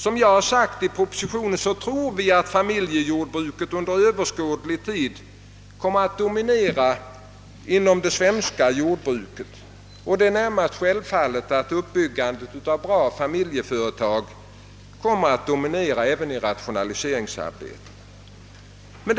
Som jag har sagt i propositionen tror vi att familjejordbruket under överskådlig tid kommer att dominera det svenska jordbruket. Det är närmast en självklarhet, att uppbyggandet av goda familjeföretag kommer att dominera även i rationaliseringsarbetet.